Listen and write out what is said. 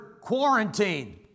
quarantine